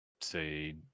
say